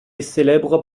célèbre